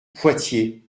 poitiers